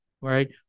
right